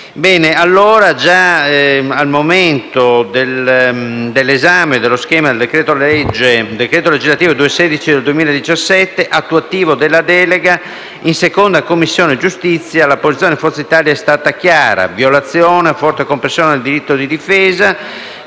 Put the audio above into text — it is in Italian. Già allora, al momento dell'esame dello schema del decreto legislativo n. 216 del 2017, attuativo della delega, in Commissione giustizia la posizione di Forza Italia è stata chiara: violazione e forte compressione del diritto di difesa,